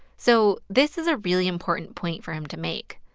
so this is a really important point for him to make.